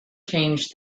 changed